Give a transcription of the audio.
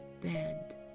bed